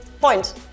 point